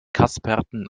kasperten